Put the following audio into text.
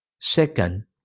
second